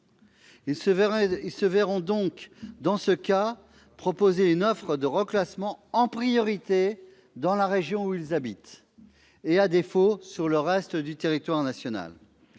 Ils se verront dans ce cas proposer une offre de reclassement en priorité dans la région où ils habitent, et à défaut sur le reste du territoire national.